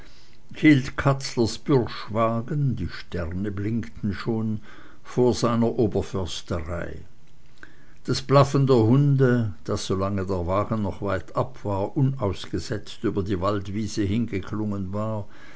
katzlers pürschwagen die sterne blinkten schon vor seiner oberförsterei das blaffen der hunde das solange der wagen noch weitab war unausgesetzt über die waldwiese hingeklungen war